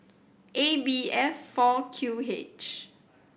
A B F four Q H